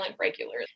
regularly